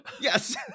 yes